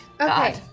Okay